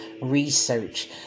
research